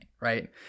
right